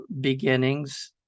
beginnings